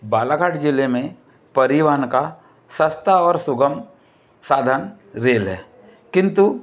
बालाघाट जिले में परिवहन का सस्ता और सुगम साधन रेल है किंतु